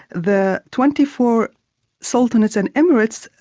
the twenty four sultanates and emirates,